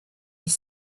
his